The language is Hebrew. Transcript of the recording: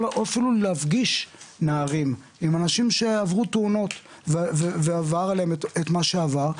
או אפילו להפגיש נערים עם אנשים שעברו תאונות ועבר עליהם את מה שעבר,